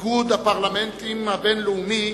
איגוד הפרלמנטים הבין-לאומי,